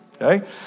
Okay